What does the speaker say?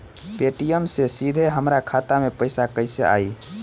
Paytm से सीधे हमरा खाता मे पईसा कइसे आई?